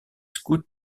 scouts